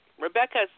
Rebecca